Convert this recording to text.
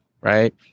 Right